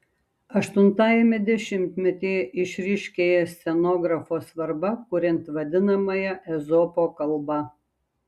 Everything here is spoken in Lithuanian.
aštuntajame dešimtmetyje išryškėja scenografo svarba kuriant vadinamąją ezopo kalbą